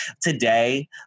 today